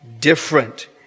Different